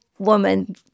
woman